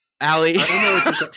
Allie